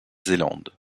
zélande